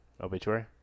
obituary